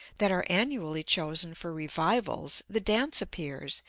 that are annually chosen for revivals, the dance appears,